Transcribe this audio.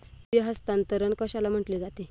निधी हस्तांतरण कशाला म्हटले जाते?